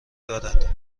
دارد